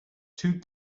two